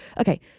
okay